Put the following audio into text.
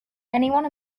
anyone